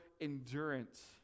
endurance